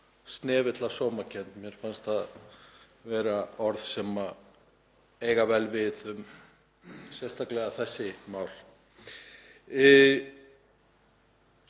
snefill af sómakennd, mér fannst það vera orð sem eiga vel við, sérstaklega um þessi mál.